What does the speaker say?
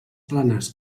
planes